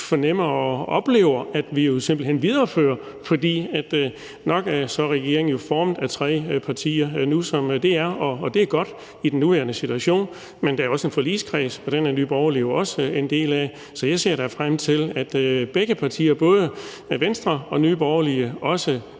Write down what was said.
fornemmer og oplever at vi simpelt hen viderefører. For nok er regeringen nu formet af tre partier, og det er godt i den nuværende situation, men der er også en forligskreds, og den er Nye Borgerlige jo også en del af. Så jeg ser da frem til, at begge partier, både Venstre og Nye Borgerlige, også